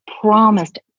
promised